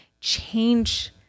change